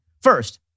First